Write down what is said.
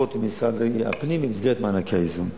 תוספות ממשרד הפנים במסגרת מענקי האיזון.